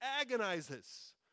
agonizes